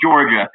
georgia